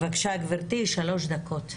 בקשה גבירתי, שלוש דקות.